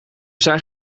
zijn